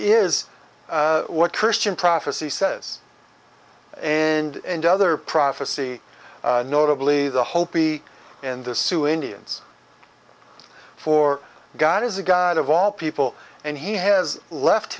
is what christian prophecy says and other prophecy notably the hopi and the sioux indians for god is the god of all people and he has left